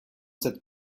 cette